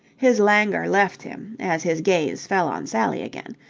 his languor left him, as his gaze fell on sally again,